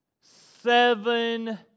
seven